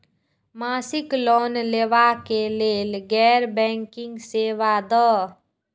मासिक लोन लैवा कै लैल गैर बैंकिंग सेवा द?